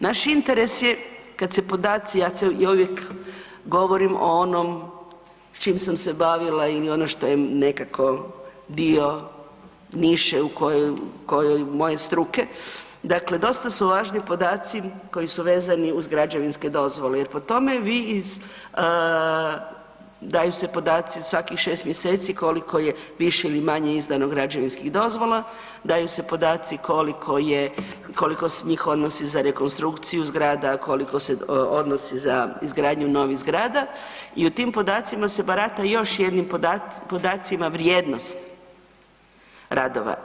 Naš interes je kad se podaci, ja uvijek govorim o onom s čim sam se bavila ili ono što je nekako dio niše u kojoj, u kojoj, moje struke, dakle dosta su važni podaci koji su vezani uz građevinske dozvole jer po tome vi iz, daju se podaci svakih 6. mjeseci koliko je više ili manje izdano građevinskih dozvola, daju se podaci koliko je, koliko se njih odnosi za rekonstrukciju zgrada, koliko se odnosi za izgradnju novih zgrada i u tim podacima se barata još jednim podacima, vrijednost radova.